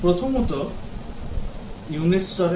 প্রথমত ইউনিট স্তরে